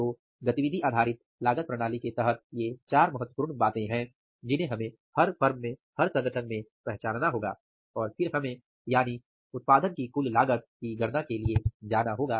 तो गतिविधि आधारित लागत प्रणाली के तहत ये 4 महत्वपूर्ण बातें हैं जिन्हें हमें हर फर्म में हर संगठन में पहचानना होगा और फिर हमें यानि उत्पादन की कुल लागत की गणना के लिए जाना होगा